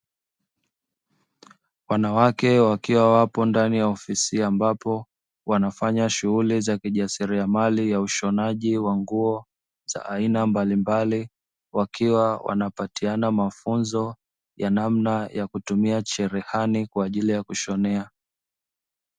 Wanawake wakiwa wapo ndani ya ofisi, ambapo wanafanya shughuli za kijasiriamali ya ushonaji wa nguo za aina mbalimbali; wakiwa wanapatiana mafunzo ya namna ya kutumia cherehani kwa ajili ya kushonea.